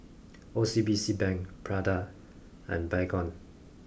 O C B C Bank Prada and Baygon